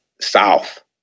South